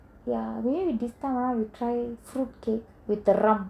ya maybe this time round we try fruitcake with the rum